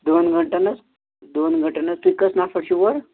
دۄن گٲنٹَن حظ دۄن گٲنٹَن حظ تُہۍ کٔژ نَفَر چھو اورٕ